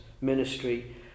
ministry